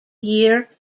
year